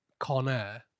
Conair